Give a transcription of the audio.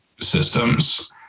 systems